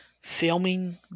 filming